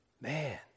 Man